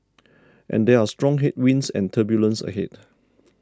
and there are strong headwinds and turbulence ahead